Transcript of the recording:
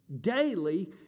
daily